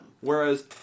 Whereas